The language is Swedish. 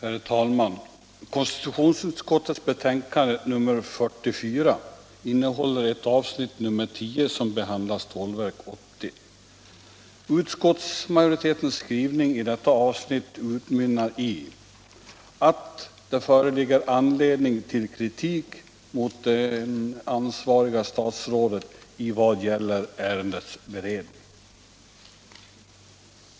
Herr talman! Konstitutionsutskottets betänkande nr 44 innehåller ett avsnitt nr 10 som behandlar Stålverk 80. Utskottsmajoritetens skrivning i detta avsnitt utmynnar i ”att det föreligger anledning till kritik mot det ansvariga statsrådet i vad gäller ärendets beredning”.